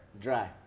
Dry